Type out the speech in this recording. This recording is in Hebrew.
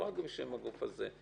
לא רק בשם הגוף הזה.